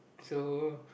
so